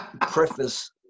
preface